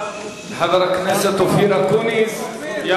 חבר הכנסת אופיר אקוניס, תודה.